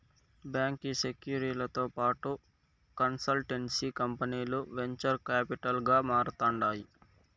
బాంకీ సెక్యూరీలతో పాటు కన్సల్టెన్సీ కంపనీలు వెంచర్ కాపిటల్ గా మారతాండాయి